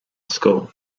school